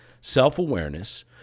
self-awareness